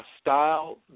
style